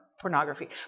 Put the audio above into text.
pornography